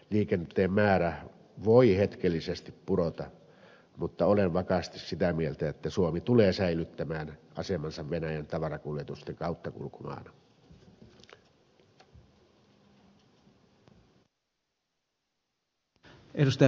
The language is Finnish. liikenteen määrä voi hetkellisesti pudota mutta olen vakaasti sitä mieltä että suomi tulee säilyttämään asemansa venäjän tavarakuljetusten kauttakulkumaana